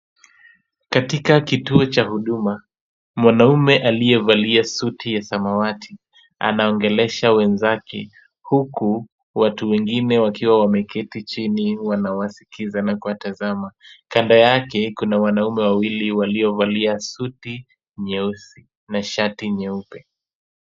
Katika kituo cha huduma, mwanaume aliyevalia suti ya samawati anaongelesha wenzake huku watu wengine wakiwa wameketi chini wanawasikiza na kuwatazama. Kando yake kuna wanaume wawili waliovalia suti nyeusi na shati nyeupe.